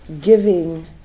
giving